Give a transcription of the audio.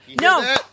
No